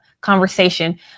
conversation